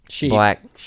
Black